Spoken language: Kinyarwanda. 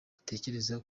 atekereza